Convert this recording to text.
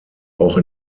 auch